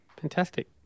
Fantastic